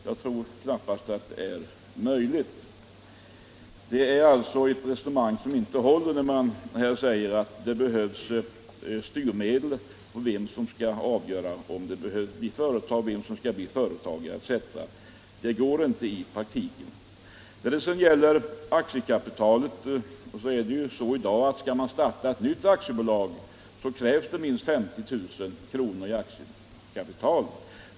Det går helt enkelt inte att göra en sådan bedömning. Det är alltså ett ohållbart resonemang när man säger att det behövs styrmedel eller när man föreslår att någon skall avgöra vem som skall bli företagare etc. Det går inte i praktiken. När det sedan gäller aktiekapitalet krävs det ju i dag minst 50 000 kr., om man vill starta ett nytt aktiebolag.